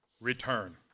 return